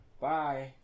Bye